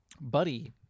buddy